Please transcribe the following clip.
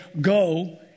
go